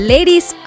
Ladies